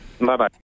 Bye-bye